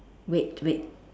wait wait